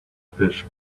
fish